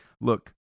Look